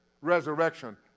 resurrection